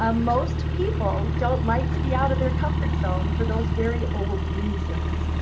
ah most people don't like to be out of their comfort zone for those very old reasons.